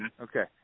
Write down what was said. Okay